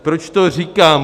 Proč to říkám?